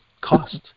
cost